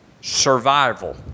survival